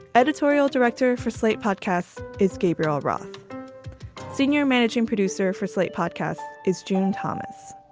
editorial director for slate podcasts. escape year old ron senior managing producer for slate podcast it's june thomas,